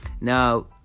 Now